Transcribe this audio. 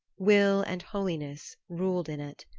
will and holiness, ruled in it.